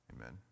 Amen